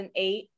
2008